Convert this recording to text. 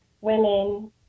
women